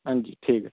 आं जी ठीक ऐ